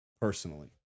personally